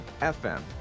FM